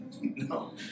No